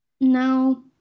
No